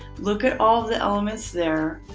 look at all the elements there.